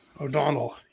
O'Donnell